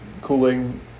cooling